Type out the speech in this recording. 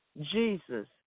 Jesus